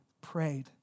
prayed